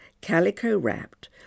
calico-wrapped